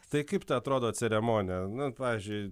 tai kaip ta atrodo ceremonija nu pavyzdžiui